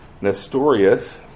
Nestorius